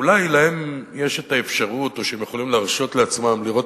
אולי להם יש האפשרות או שהם יכולים להרשות לעצמם לראות